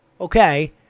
okay